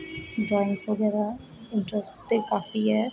drawings बगैरा interest ते काफी ऐ